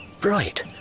bright